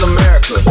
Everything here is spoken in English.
America